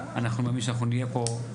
אנחנו מאמינים שאנחנו נהיה פה,